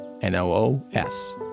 N-O-O-S